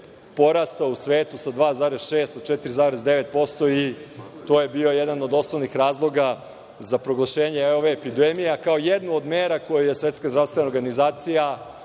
porastao u svetu sa 2,6% na 4,9% i to je bio jedan od osnovnih razloga za proglašenje ove epidemije, a kao jednu od mera koju je Svetska zdravstvena organizacija